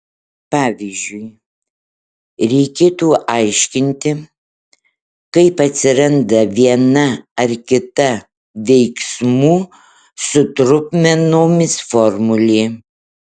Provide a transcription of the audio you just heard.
pavyzdžiui reikėtų aiškinti kaip atsiranda viena ar kita veiksmų su trupmenomis formulė